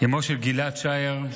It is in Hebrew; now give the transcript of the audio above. אימו של גיל-עד שער,